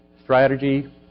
strategy